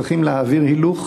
צריכים להעביר הילוך,